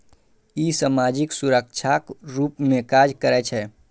ई सामाजिक सुरक्षाक रूप मे काज करै छै